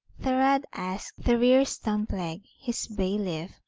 thorodd asked thorir stumpleg, his bailiff,